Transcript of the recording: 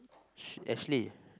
Ashley